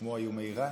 כמו האיום האיראני,